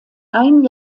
ein